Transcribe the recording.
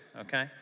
okay